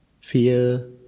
fear